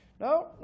No